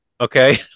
okay